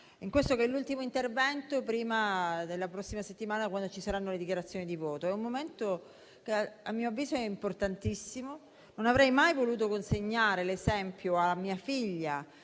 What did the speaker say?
in questo che è l'ultimo intervento prima della prossima settimana, quando ci saranno le dichiarazioni di voto. È un momento, a mio avviso, importantissimo. Non avrei mai voluto consegnare l'esempio a mia figlia